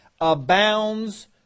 abounds